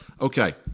Okay